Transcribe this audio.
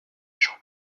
jean